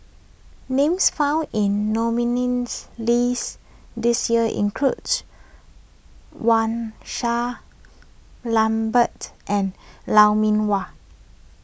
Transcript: names found in nominees' list this year includes Wang Sha Lambert and Lou Mee Wah